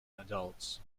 adults